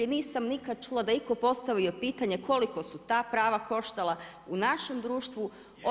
Nisam nikad čula da je itko postavio pitanje koliko su ta prava koštala u našem društvu.